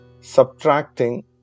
subtracting